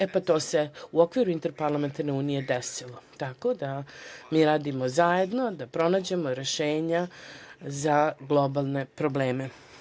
E, pa to se u okviru Interparlamentarne unije desilo, tako da mi radimo zajedno da pronađemo rešenja za globalne probleme.